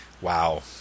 wow